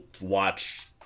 watch